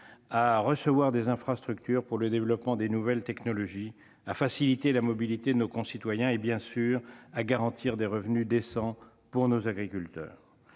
à recevoir des infrastructures pour le développement des nouvelles technologies, à faciliter la mobilité de nos concitoyens et, bien sûr, à garantir des revenus décents pour nos agriculteurs.